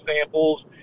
samples